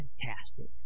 fantastic